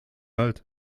halt